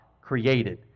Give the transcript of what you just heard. created